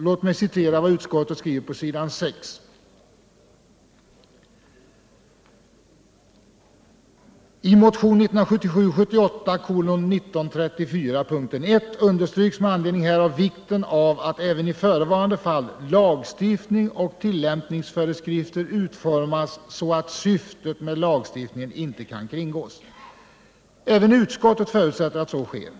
Låt mig citera vad utskottet skriver på s. 6: ”I motionen 1977/78:1934 understryks med anledning härav vikten av att även i förevarande fall lagstiftning och tillämpningsföreskrifter utformas så att syftet med lagstiftningen inte kan kringgås. Även utskottet förutsätter att så sker.